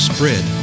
Spread